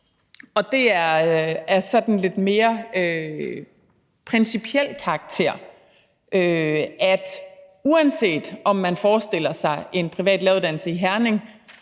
og det er af sådan lidt mere principiel karakter: Uanset om man forestiller sig en privat læreruddannelse i Herning